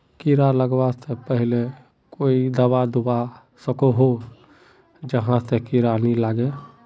कीड़ा लगवा से पहले कोई दाबा दुबा सकोहो ही जहा से कीड़ा नी लागे?